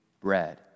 bread